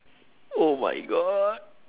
oh my god